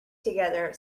together